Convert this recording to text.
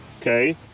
Okay